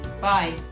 Bye